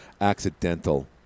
accidental